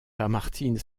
lamartine